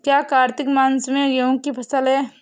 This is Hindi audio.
क्या कार्तिक मास में गेहु की फ़सल है?